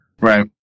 Right